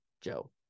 Joe